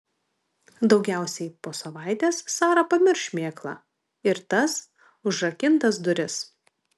daugiausiai po savaitės sara pamirš šmėklą ir tas užrakintas duris